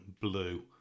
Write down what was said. Blue